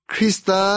...Krista